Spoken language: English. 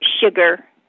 sugar